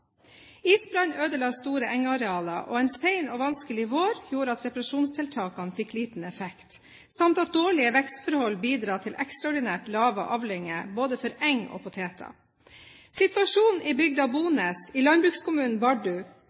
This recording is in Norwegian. Isbrann ødela store engarealer, og en sen og vanskelig vår gjorde at reparasjonstiltakene fikk liten effekt, samt at dårlige vekstforhold bidro til ekstraordinært små avlinger både for eng og poteter. Situasjonen i bygda Bones i landbrukskommunen Bardu